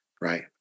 right